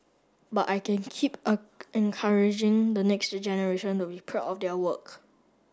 but I can keep encouraging the next generation to be proud of their work